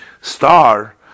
star